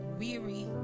weary